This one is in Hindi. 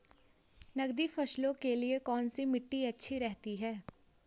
नकदी फसलों के लिए कौन सी मिट्टी अच्छी रहती है?